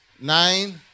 Nine